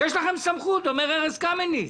יש לכם סמכות, אומר ארז קמיניץ.